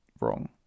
wrong